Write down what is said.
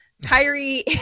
Kyrie